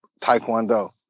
Taekwondo